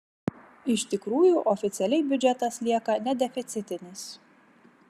iš tikrųjų oficialiai biudžetas lieka nedeficitinis